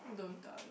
don't tell you